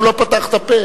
הוא לא פתח את הפה.